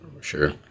Sure